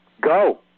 go